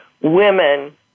women